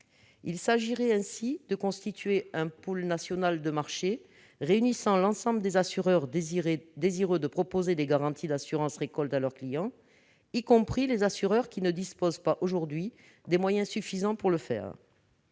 Il s'agirait ainsi de constituer un pool national de marché réunissant l'ensemble des assureurs désireux de proposer des garanties d'assurance récolte à leurs clients, y compris les assureurs qui ne disposent pas aujourd'hui des moyens suffisants pour le faire.